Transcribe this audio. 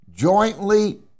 jointly